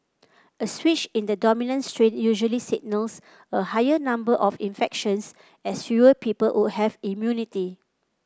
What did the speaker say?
a switch in the dominant strain usually signals a higher number of infections as fewer people would have immunity